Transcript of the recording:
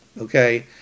Okay